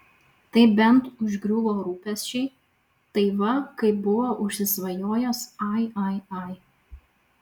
tai bent užgriuvo rūpesčiai tai va kaip buvo užsisvajojęs ai ai ai